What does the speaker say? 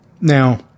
now